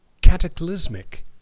cataclysmic